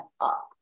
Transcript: up